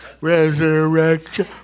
resurrection